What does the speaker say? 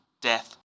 death